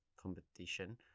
competition